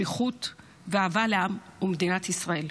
שליחות ואהבה לעם ומדינת ישראל.